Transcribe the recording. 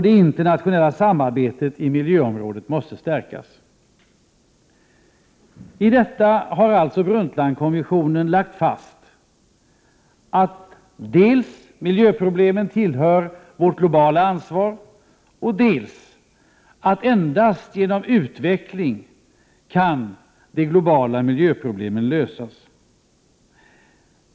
Det internationella samarbetet på miljöområdet måste stärkas. Brundtlandkommissionen har alltså lagt fast dels att miljöproblemen tillhör vårt globala ansvar, dels att endast genom utveckling kan de globala miljöproblemen lösas.